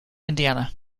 indiana